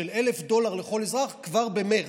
של 1,000 דולר לכל אזרח כבר במרץ,